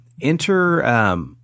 enter –